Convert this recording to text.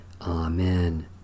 Amen